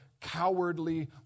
cowardly